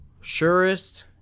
surest